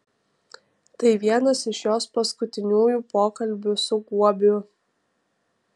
tai vienas iš jos paskutiniųjų pokalbių su guobiu